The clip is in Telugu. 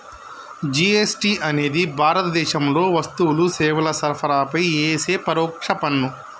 జీ.ఎస్.టి అనేది భారతదేశంలో వస్తువులు, సేవల సరఫరాపై యేసే పరోక్ష పన్ను